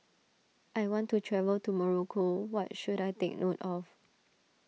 I want to travel to Morocco what should I take note of